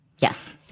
Yes